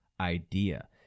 idea